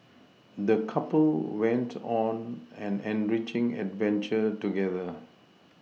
the couple went on an enriching adventure together